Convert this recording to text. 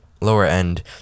lower-end